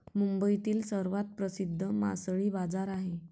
मुंबईतील सर्वात प्रसिद्ध मासळी बाजार आहे